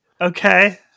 Okay